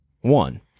one